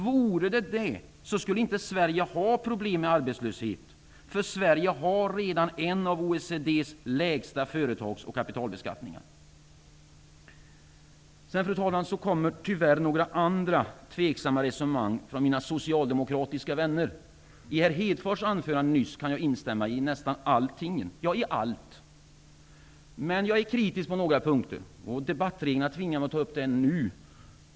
Vore det så skulle inte Sverige ha problem med arbetslöshet, för Sverige har redan en av OECD:s lägsta företags och kapitalbeskattningar. Sedan kommer tyvärr några andra tveksamma resonemang från mina socialdemokratiska vänner. Lars Hedfors anförande kan jag i allt instämma i. Men jag är kritisk på några punkter. Debattreglerna tvingar mig att ta upp det nu.